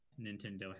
Nintendo